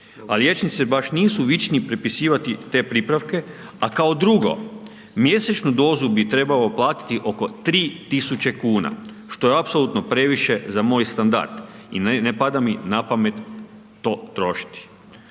liječnici baš nisu vični prepisivati te pripravke, a kao drugo, mjesečnu dozu bi trebao platiti oko 3000 kuna što je apsolutno previše za moj standard i ne pada mi na pamet to trošiti.